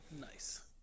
Nice